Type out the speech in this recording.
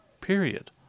Period